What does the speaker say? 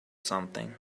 something